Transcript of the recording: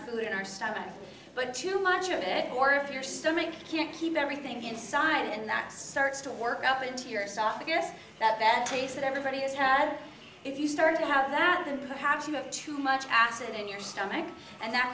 food in our stomachs but too much of it or if your stomach can't keep everything inside and that starts to work up into your software so that that taste that everybody has had if you start to have that and perhaps you have too much acid in your stomach and that